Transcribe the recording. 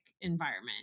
environment